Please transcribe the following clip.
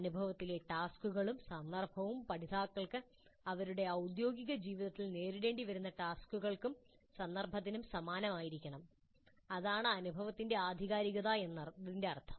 അനുഭവത്തിലെ ടാസ്ക്കുകളും സന്ദർഭവും പഠിതാക്കൾക്ക് അവരുടെ ഔദ്യോഗിക ജീവിതത്തിൽ നേരിടേണ്ടിവരുന്ന ടാസ്ക്കുകൾക്കും സന്ദർഭത്തിനും സമാനമായിരിക്കണം അതാണ് അനുഭവത്തിൻ്റെ ആധികാരികത എന്നതിന്റെ അർത്ഥം